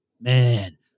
man